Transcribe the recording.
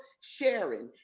sharing